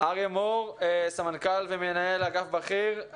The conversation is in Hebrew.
אריה מור, סמנכ"ל ומנהל אגף בכיר,